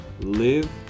live